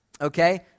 Okay